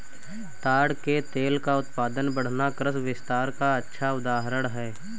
ताड़ के तेल का उत्पादन बढ़ना कृषि विस्तार का अच्छा उदाहरण है